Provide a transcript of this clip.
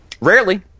Rarely